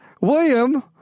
William